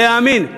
להאמין,